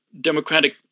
democratic